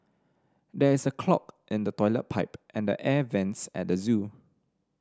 there is a clog in the toilet pipe and the air vents at the zoo